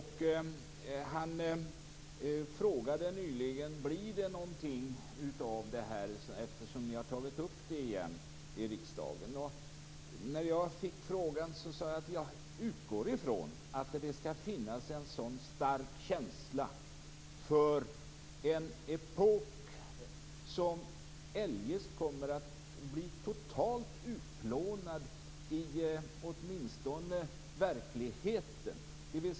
Han frågade nyligen: Blir det någonting av det här eftersom ni har tagit upp det igen i riksdagen? När jag fick frågan sade jag att jag utgår från att det skall finnas en så stark känsla för en epok som eljest kommer att bli totalt utplånad, åtminstone i verkligheten.